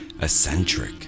Eccentric